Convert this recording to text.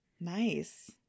Nice